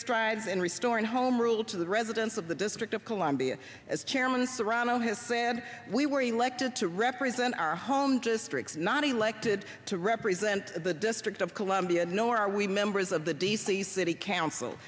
strides in restoring home rule to the residents of the district of columbia as chairman serrano has said we were elected to represent our home districts not elected to represent the district of columbia nor are we members of the d c city council